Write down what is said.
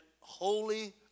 holy